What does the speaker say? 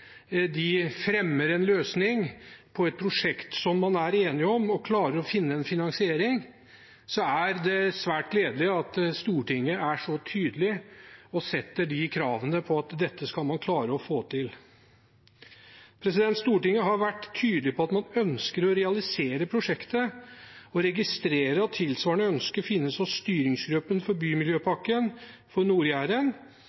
de fremmer en løsning på et prosjekt som man er enige om, og klarer å finne en finansiering, er det svært gledelig at Stortinget er så tydelig og setter krav med tanke på at dette skal man klare å få til. Stortinget har vært tydelig på at man ønsker å realisere prosjektet og registrerer at tilsvarende ønske finnes hos styringsgruppen for